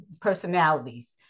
personalities